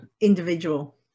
individual